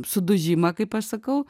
sudužimą kaip aš sakau